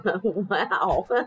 Wow